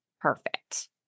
perfect